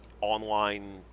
online